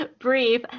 Brief